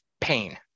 pain